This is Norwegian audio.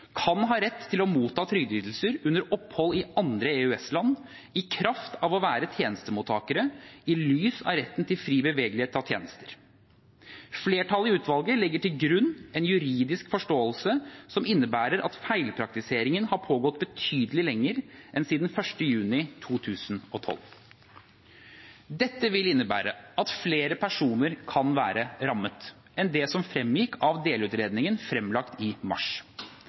kan ha rett til å motta trygdeytelser under opphold i andre EØS-land, i kraft av å være tjenestemottakere, i lys av retten til fri bevegelighet av tjenester. Flertallet i utvalget legger til grunn en juridisk forståelse som innebærer at feilpraktiseringen har pågått betydelig lenger enn siden 1. juni 2012. Dette vil innebære at flere personer kan være rammet enn det som fremgikk av delutredningen fremlagt i mars.